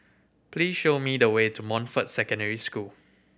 please show me the way to Montfort Secondary School